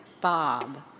Bob